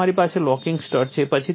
પછી તમારી પાસે લોકિંગ સ્ટડ્સ છે